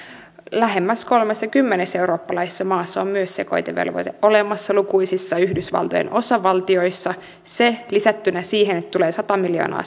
lähemmäs kolmessakymmenessä eurooppalaisessa maassa on myös sekoitevelvoite olemassa ja lukuisissa yhdysvaltojen osavaltioissa se lisättynä siihen että tulee sata miljoonaa